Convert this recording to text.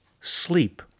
sleep